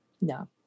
No